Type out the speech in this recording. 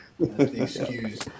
Excuse